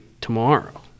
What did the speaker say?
tomorrow